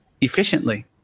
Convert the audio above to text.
efficiently